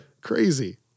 Crazy